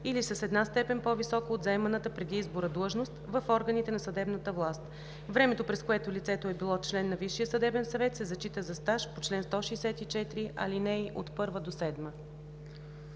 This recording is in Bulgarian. или с една степен по-висока от заеманата преди избора длъжност в органите на съдебната власт. Времето, през което лицето е било член на Висшия съдебен съвет, се зачита за стаж по чл. 164, ал. 1 – 7.“